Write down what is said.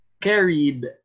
carried